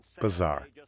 bizarre